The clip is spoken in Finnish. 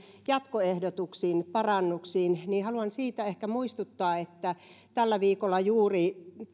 jatkoehdotuksiin parannuksiin niin haluan siitä ehkä muistuttaa että tällä viikolla juuri